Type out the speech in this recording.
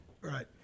Right